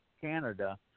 Canada